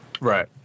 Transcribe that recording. right